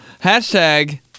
Hashtag